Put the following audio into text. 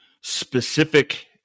specific